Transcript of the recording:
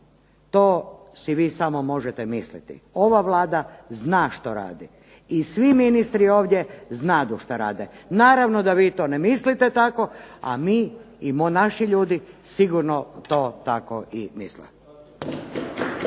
to si vi samo možete misliti. Ova Vlada zna što radi, i svi ministri ovdje znadu što rade, naravno da vi to ne mislite tako a mi i naši ljudi sigurno to tako misle.